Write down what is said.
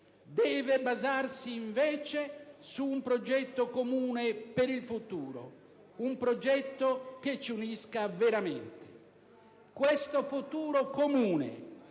Deve basarsi invece su un progetto comune per il futuro, un progetto che ci unisca veramente. Questo futuro comune